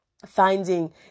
Finding